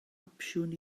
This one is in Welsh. opsiwn